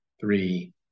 three